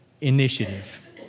initiative